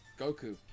Goku